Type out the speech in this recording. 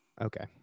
Okay